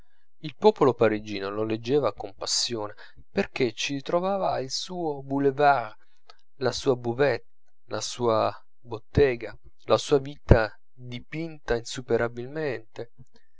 il popolo parigino lo leggeva con passione perchè ci trovava il suo boulevard la sua buvette la sua bottega la sua vita dipinta